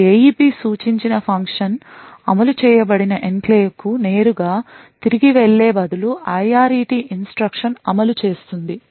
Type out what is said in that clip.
ఈ AEP సూచించిన function అమలు చేయబడిన ఎన్క్లేవ్కు నేరుగా తిరిగి వెళ్ళే బదులు IRET ఇన్స్ట్రక్షన్ అమలు చేస్తుంది